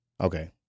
Okay